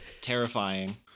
terrifying